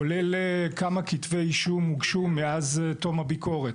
כולל כמה כתבי אישום הוגשו מאז תום הביקורת.